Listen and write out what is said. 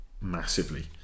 massively